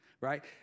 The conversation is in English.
right